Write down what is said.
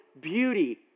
beauty